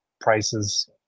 prices